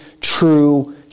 true